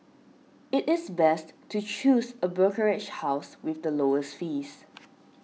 it is best to choose a brokerage house with the lowest fees